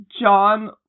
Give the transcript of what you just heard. John